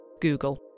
Google